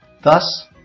Thus